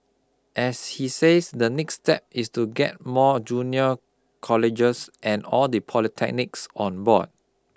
as he says the next step is to get more junior colleges and all the polytechnics on board